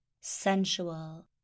Sensual